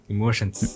Emotions